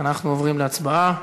אנחנו עוברים להצבעה.